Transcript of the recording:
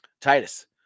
Titus